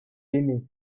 aimé